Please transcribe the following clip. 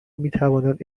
میتوانند